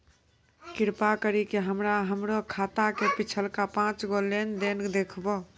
कृपा करि के हमरा हमरो खाता के पिछलका पांच गो लेन देन देखाबो